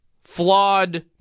flawed